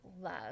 love